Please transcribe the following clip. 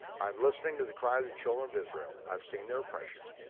i'm listening to the cry of the children of israel, i've seen their oppression,